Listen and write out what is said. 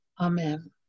Amen